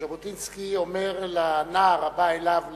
ז'בוטינסקי, אומר לנער הבא אליו לעזה,